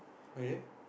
okay